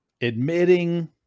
admitting